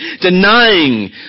denying